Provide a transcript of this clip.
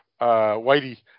Whitey